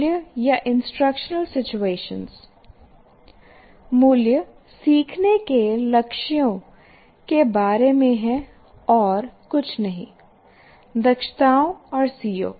मूल्य या instructional situation मूल्य सीखने के लक्ष्यों के बारे में हैं और कुछ नहीं दक्षताओं और सीओ